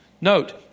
Note